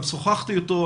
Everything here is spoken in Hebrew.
גם שוחחתי איתו.